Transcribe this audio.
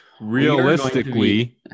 Realistically